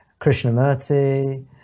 Krishnamurti